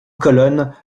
colonne